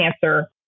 cancer